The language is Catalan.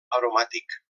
aromàtic